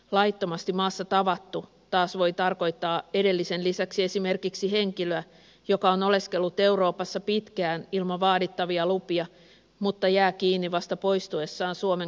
laittomasti maassa tavattu taas voi tarkoittaa edellisen lisäksi esimerkiksi henkilöä joka on oleskellut euroopassa pitkään ilman vaadittavia lupia mutta jää kiinni vastaa poistuessaan suomen kautta aasiaan